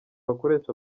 bakoresha